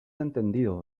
entendido